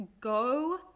go